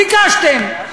ביקשתם.